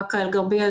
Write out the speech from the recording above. באקה אל גרבייה,